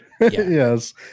Yes